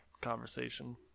conversation